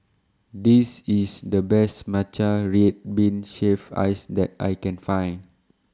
This IS The Best Matcha Red Bean Shaved Ice that I Can Find